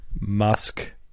Musk